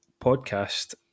podcast